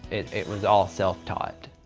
it it was all self-taught.